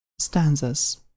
Stanzas